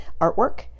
artwork